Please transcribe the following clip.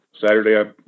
Saturday